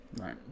Right